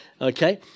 Okay